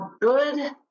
good